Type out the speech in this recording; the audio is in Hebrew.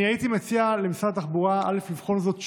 הייתי מציע למשרד התחבורה לבחון זאת שוב.